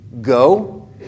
go